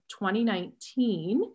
2019